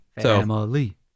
Family